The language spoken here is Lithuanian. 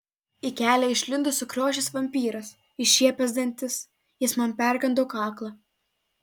į kelią išlindo sukriošęs vampyras iššiepęs dantis jis man perkando kaklą